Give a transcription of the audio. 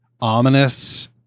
ominous